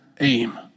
aim